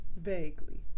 Vaguely